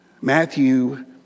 Matthew